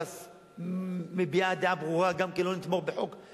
ש"ס מביעה דעה ברורה גם כן: לא נתמוך בטרכטנברג